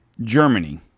Germany